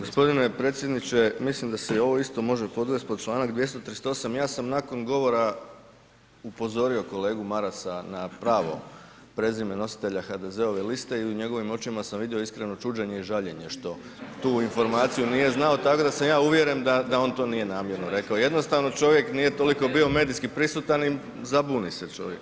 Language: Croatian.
g. Predsjedniče, mislim da se ovo isto može podvesti pod čl. 238., ja sam nakon govora upozorio kolegu Marasa na pravo prezime nositelja HDZ-ove liste i u njegovim očima sam vidio iskreno čuđenje i žaljenje što tu informaciju nije znao, tako da sam ja uvjeren da on to nije namjerno rekao, jednostavno čovjek nije toliko bio medijski prisutan i zabuni se čovjek.